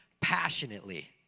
passionately